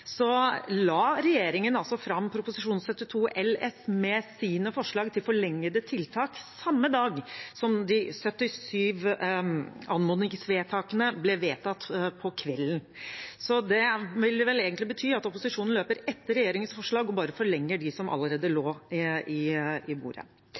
så la regjeringen altså fram Prop. 72 LS med sine forslag til forlengede tiltak samme dag som de 77 anmodningsvedtakene ble vedtatt på kvelden. Det vil vel egentlig bety at opposisjonen løper etter regjeringens forslag og bare forlenger dem som allerede